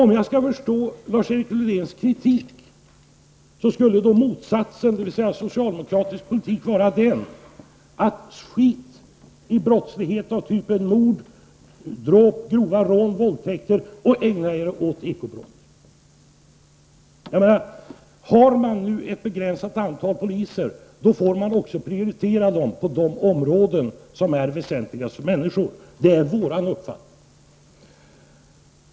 Om jag förstår Lars-Erik Lövdéns kritik så skulle motsatsen, dvs. socialdemokratisk politik, vara att polisen skall strunta i brottslighet av typ mord, dråp, grova rån och våldtäkter och i stället ägna sig åt ekobrott. Om det finns bara ett begränsat antal tjänster får man prioritera dem på de områden som är mest väsentliga för människor. Det är vår uppfattning.